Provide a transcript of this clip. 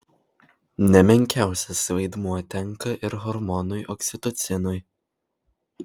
ne menkiausias vaidmuo tenka ir hormonui oksitocinui